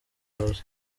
house